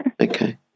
Okay